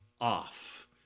off